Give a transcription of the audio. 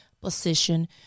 position